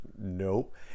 Nope